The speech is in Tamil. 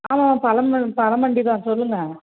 ஆமாம் பழம் பழம் மண்டி தான் சொல்லுங்க